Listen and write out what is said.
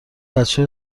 بچه